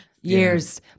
years